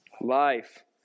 life